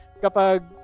kapag